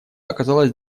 оказалось